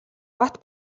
бат